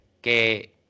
Okay